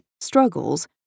struggles